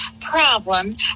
problem